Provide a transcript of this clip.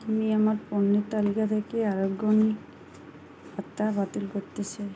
আমি আমার পণ্যের তালিকা থেকে আরগ্যনিক আতা বাতিল করতে চাই